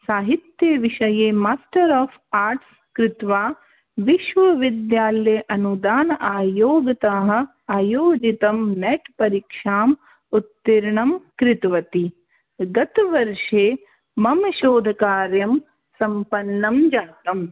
साहित्यविषये master of arts कृत्वा विश्वविद्यालय अनूदान आयोगतः आयोजितं नेट् परीक्षां उत्तीर्णं कृतवति गतवर्षे मम शोधकार्यं सम्पन्नं जातं